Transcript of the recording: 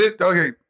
Okay